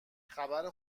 خبر